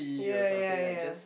ya ya ya